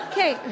Okay